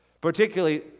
particularly